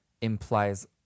implies